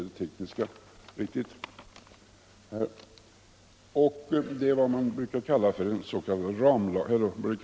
Detta är vad man brukar kalla en ramlagstiftning.